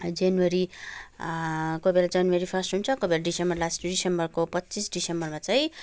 January कोही बेला कोही बेला जेनवरी फर्स्ट हुन्छ कोही बेला डिसेम्बर लास्ट डिसेम्बरको पच्चिस डिसेम्बरमा चाहिँ